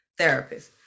therapists